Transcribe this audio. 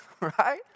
right